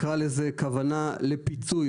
נקרא לזה כוונה לפיצוי,